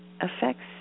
affects